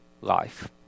life